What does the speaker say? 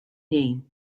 name